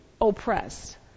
oppressed